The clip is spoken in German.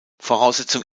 voraussetzung